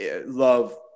love